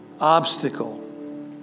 obstacle